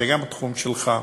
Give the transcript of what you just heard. גם זה תחום שלך.